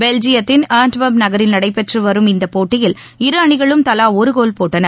பெல்ஜியத்தின் Antwerp நகரில் நடைபெற்று வரும் இந்தப் போட்டியில் இரு அணிகளும் தவா ஒரு கோல் போட்டன